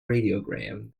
radiogram